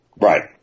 Right